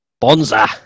Bonza